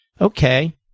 Okay